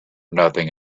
nothing